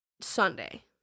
Sunday